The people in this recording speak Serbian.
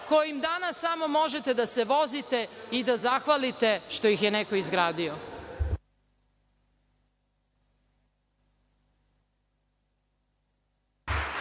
kojim danas samo možete da se vozite i da zahvalite što ih je neko izgradio.